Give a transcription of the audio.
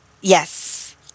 Yes